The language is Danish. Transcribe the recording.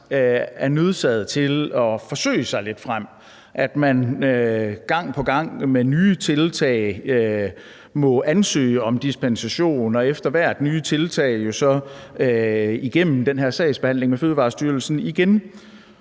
er nødsaget til at forsøge sig lidt frem, at man gang på gang med nye tiltag må ansøge om dispensation og efter hvert nye tiltag så igennem den her sagsbehandling hos Fødevarestyrelsen igen,